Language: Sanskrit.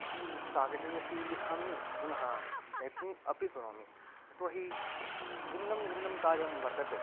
अहं कागदे अपि लिखामि पुनः टेपिङ्ग् अपि करोमि यतो हि भिन्नं भिन्नं कार्यं वर्तते